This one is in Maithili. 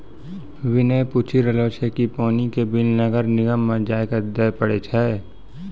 विनय पूछी रहलो छै कि पानी के बिल नगर निगम म जाइये क दै पड़ै छै?